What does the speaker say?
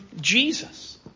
Jesus